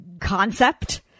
concept